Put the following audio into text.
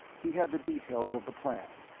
he had the details of the plan,